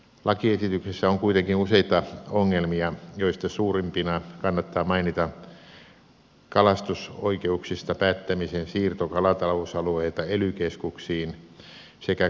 lakiesityksessä on kuitenkin useita ongelmia joista suurimpina kannattaa mainita kalastusoikeuksista päättämisen siirto kalatalousalueilta ely keskuksiin sekä kotitarvekalastuksen tilanne